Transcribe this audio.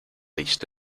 least